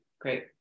great